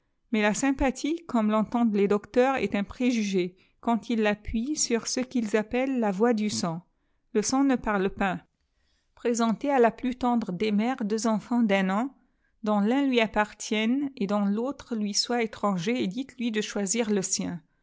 mais la sympathie comme l entendt les docteurs un préjugé quai ito i'appuient sur cequils appellent la voix du sang le saog n arl pas présentez à la plus tendre des mères dx enfants d'un an dont l'un lui appartienne et dont tautre lui soit étrangti dîteslui de choisir le sien